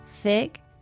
Thick